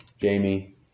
Jamie